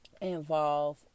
involve